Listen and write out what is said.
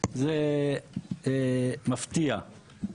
זה מפתיע.